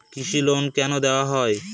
কৃষি লোন কেন দেওয়া হয়?